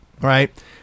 Right